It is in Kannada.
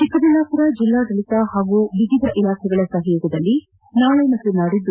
ಚಿಕ್ಕಬಳ್ಳಾಪುರ ಜಿಲ್ಲಾಡಳಿತ ಹಾಗೂ ವಿವಿಧ ಇಲಾಖೆಗಳ ಸಹಯೋಗದಲ್ಲಿ ನಾಳೆ ಮತ್ತು ನಾಡಿದ್ದು